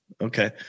okay